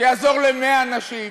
שיעזור ל-100 נשים.